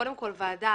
קודם כל, ועדה,